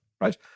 right